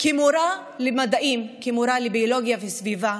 כמורה למדעים, כמורה לביולוגיה וסביבה,